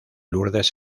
lourdes